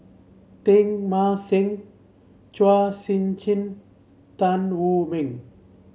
Teng Mah Seng Chua Sian Chin Tan Wu Meng